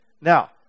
now